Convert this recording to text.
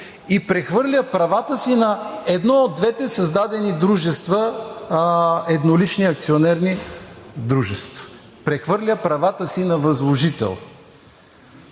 и прехвърля правата си на едно от двете създадени еднолични акционерни дружества. Прехвърля правата си на възложител.